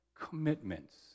commitments